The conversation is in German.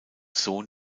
sohn